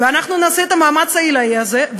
ואנחנו נעשה את המאמץ העילאי הזה,